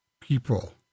people